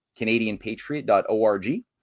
canadianpatriot.org